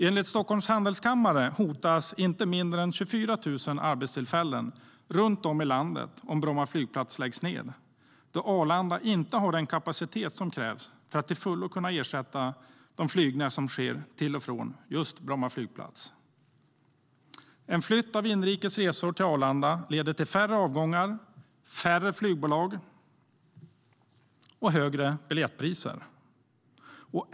Enligt Stockholms handelskammare hotas inte mindre än 24 000 arbetstillfällen runt om i landet om Bromma flygplats läggs ned, eftersom Arlanda inte har den kapacitet som krävs för att till fullo kunna ersätta de flygningar som sker till och från just Bromma flygplats. En flytt av inrikes resor till Arlanda leder till färre avgångar, färre flygbolag och högre biljettpriser.